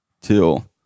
till